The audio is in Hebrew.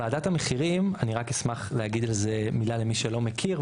ועדת המחירים אני רק אשמח להגיד על זה מילה למי שלא מכיר,